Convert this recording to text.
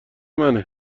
منه